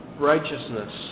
righteousness